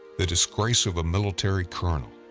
the disgrace of a military colonel